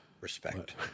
Respect